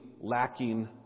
lacking